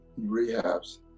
rehabs